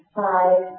five